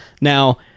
Now